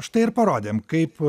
štai ir parodėm kaip